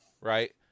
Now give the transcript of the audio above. right